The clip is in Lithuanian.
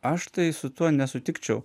aš tai su tuo nesutikčiau